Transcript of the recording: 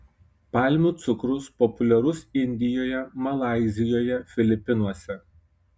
palmių cukrus populiarus indijoje malaizijoje filipinuose